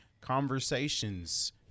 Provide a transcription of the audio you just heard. conversations